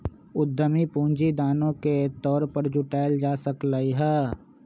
उधमी पूंजी दानो के तौर पर जुटाएल जा सकलई ह